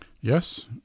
Yes